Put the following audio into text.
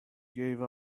gave